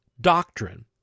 doctrine